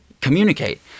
communicate